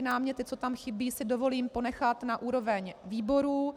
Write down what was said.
Náměty, co tam chybí, si dovolím ponechat na úroveň výborů.